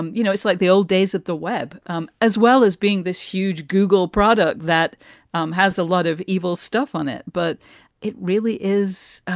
um you know, it's like the old days at the web um as well as being this huge google product that um has a lot of evil stuff on it. but it really is.